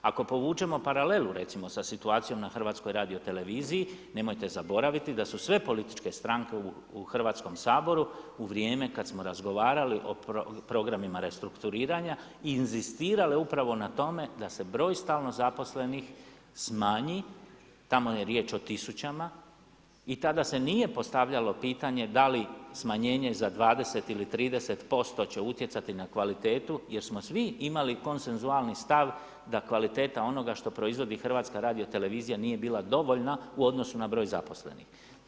Ako povučemo paralelu, recimo sa situacijom na HRT-u, nemojte zaboraviti da su sve političke stranke u Hrvatskom Saboru u vrijeme kad smo razgovarali o programima restrukturiranja inzistirale upravo na tome da se broj stalno zaposlenih smanji, tamo je riječ o tisućama i tada se nije postavljalo pitanje da li smanjenje za 20 ili 30% će utjecati na kvalitetu jer smo svi imali konsenzualni stav da kvaliteta onoga što proizvodi HRT nije bilo dovoljno u odnosu na broj zaposlenih.